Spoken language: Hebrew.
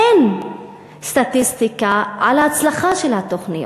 אין סטטיסטיקה על ההצלחה של התוכניות.